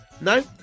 No